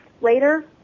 later